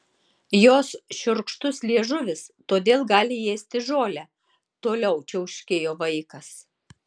jos šiurkštus liežuvis todėl gali ėsti žolę toliau čiauškėjo vaikas